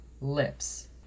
lips